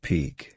Peak